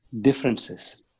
differences